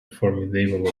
formidable